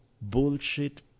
bullshit